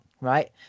right